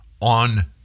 on